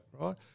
right